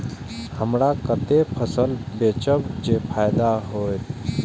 हमरा कते फसल बेचब जे फायदा होयत?